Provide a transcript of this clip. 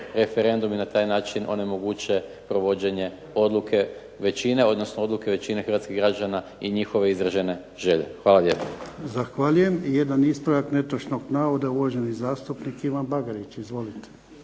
referendum i na taj način onemoguće provođenje odluke većine, odnosno odluke većine hrvatskih građana i njihove izražene želje. Hvala lijepo. **Jarnjak, Ivan (HDZ)** Zahvaljujem. I jedan ispravak netočnog navoda, uvaženi zastupnik Ivan Bagarić. Izvolite.